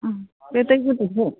बे दै गुदुंजों